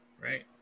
Right